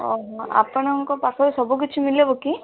ଓହୋ ଆପଣଙ୍କ ପାଖରେ ସବୁ କିଛି ମିଳିବ କି